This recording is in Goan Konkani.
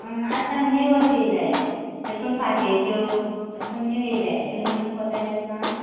आज काल न्यू अशें येयलाय अश करून फातयेच्यो अश करून न्यू येयल्या त्यो न्यू कोताय येता तुका